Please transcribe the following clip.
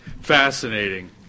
fascinating